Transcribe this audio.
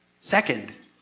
Second